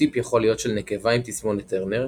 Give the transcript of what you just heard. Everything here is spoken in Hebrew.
הפנוטיפ יכול להיות של נקבה עם תסמונת טרנר,